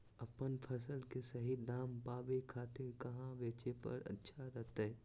अपन फसल के सही दाम पावे खातिर कहां बेचे पर अच्छा रहतय?